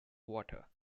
water